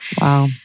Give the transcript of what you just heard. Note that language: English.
Wow